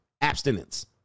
abstinence